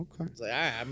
okay